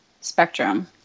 spectrum